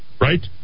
right